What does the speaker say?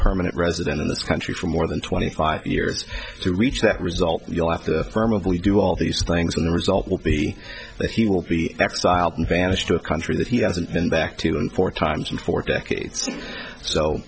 permanent resident in this country for more than twenty five years to reach that result you'll have to permanently do all these things when the result will be that he will be exiled and vanished to a country that he hasn't been back to in four times in four decades so